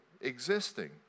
existing